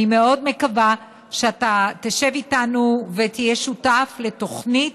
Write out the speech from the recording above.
אני מאוד מקווה שאתה תשב איתנו ותהיה שותף לתוכנית